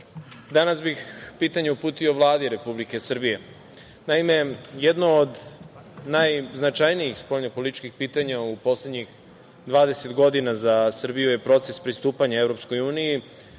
danas bih pitanje uputio Vladi Republike Srbije. Naime, jedno od najznačajnijih spoljno-političkih pitanja u poslednjih 20 godina za Srbiju je proces pristupanja EU. Pristupni